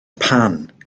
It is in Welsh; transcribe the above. pan